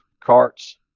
carts